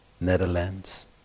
Netherlands